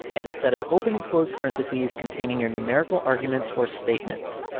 and a set of open and close parenthesis containing your numerical arguments or statements.